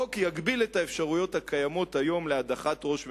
החוק יגביל את האפשרויות הקיימות היום להדחת ראש ממשלה: